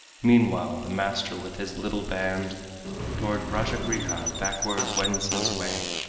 meanwhile the master with his little band toward rajagriha backward wends his way,